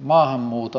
maahanmuuton kasvu vaikuttaa